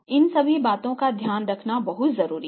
इन सभी बातों का ध्यान रखना बहुत जरूरी है